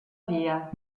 via